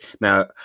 Now